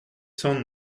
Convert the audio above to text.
cent